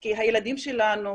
כי הילדים שלנו,